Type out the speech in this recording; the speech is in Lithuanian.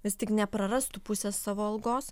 vis tik neprarastų pusės savo algos